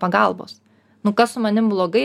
pagalbos nu kas su manim blogai